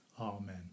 Amen